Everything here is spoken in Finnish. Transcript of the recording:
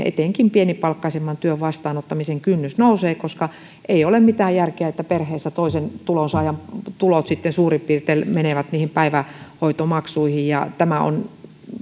etenkin pienipalkkaisemman työn vastaanottamisen kynnys nousee koska ei ole mitään järkeä että perheessä toisen tulonsaajan tulot suurin piirtein menevät niihin päivähoitomaksuihin on